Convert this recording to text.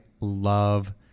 love